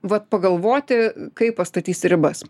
vat pagalvoti kaip pastatysi ribas